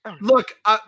Look